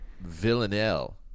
villanelle